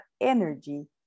energy